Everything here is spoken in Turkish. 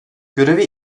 göreve